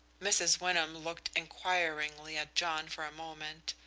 mrs. wyndham looked inquiringly at john for a moment,